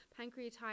pancreatitis